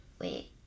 Wait